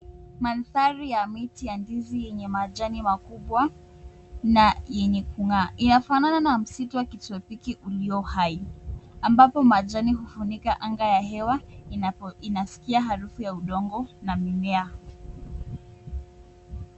Mandhari ya miti ya ndizi yenye majani makubwa na yenye kung'aa. Inafanana na msitu wa kitropiki ulio hai. Ambapo majani hufunika anga ya hewa inasikia harufu ya udongo na mimea.